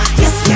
yes